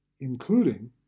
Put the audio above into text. including